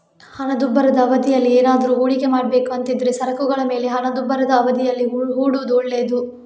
ಹಣದುಬ್ಬರದ ಅವಧಿಯಲ್ಲಿ ಏನಾದ್ರೂ ಹೂಡಿಕೆ ಮಾಡ್ಬೇಕು ಅಂತಿದ್ರೆ ಸರಕುಗಳ ಮೇಲೆ ಹಣದುಬ್ಬರದ ಅವಧಿಯಲ್ಲಿ ಹೂಡೋದು ಒಳ್ಳೇದು